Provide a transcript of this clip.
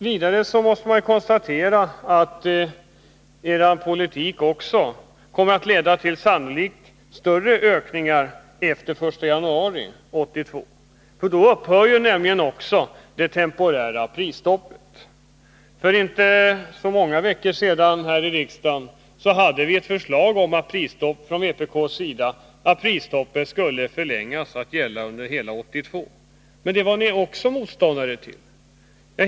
Vidare måste man konstatera att er politik också sannolikt kommer att leda till större ökningar efter den 1 januari 1982, för då upphör ju det temporära prisstoppet. För inte så många veckor sedan hade vi från vpk:s sida ett förslag här i riksdagen om att prisstoppet skulle förlängas och gälla under hela 1982. Men detta var ni också motståndare till.